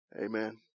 Amen